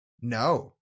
No